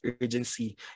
urgency